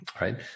right